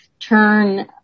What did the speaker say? Turn